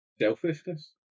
Selfishness